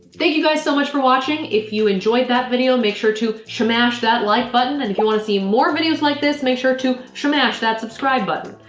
thank you guys so much for watching! if you enjoyed that video make sure to shmash that like button! and if you want to see more videos like this make sure to shmash that subscribe button!